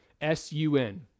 S-U-N